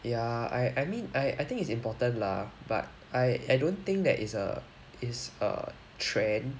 ya I I mean I I think it's important lah but I don't think that is a is a trend